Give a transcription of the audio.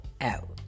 out